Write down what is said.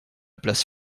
place